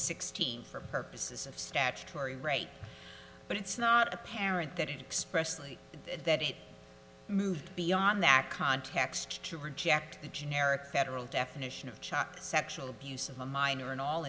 sixteen for purposes of statutory rape but it's not apparent that it expressed that it moved beyond that context to reject the generic federal definition of child sexual abuse of a minor in all